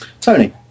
Tony